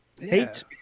Hate